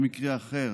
במקרה אחר